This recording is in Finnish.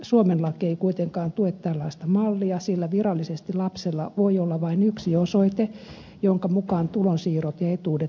suomen laki ei kuitenkaan tue tällaista mallia sillä virallisesti lapsella voi olla vain yksi osoite jonka mukaan tulonsiirrot ja etuudet määräytyvät